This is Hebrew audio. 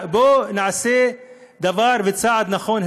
בואו נעשה דבר וצעד נכון,